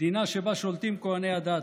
מדינה שבה שולטים כוהני הדת,